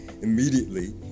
immediately